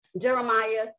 Jeremiah